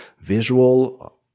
visual